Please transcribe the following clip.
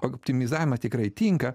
optimizavimas tikrai tinka